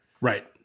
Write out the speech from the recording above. Right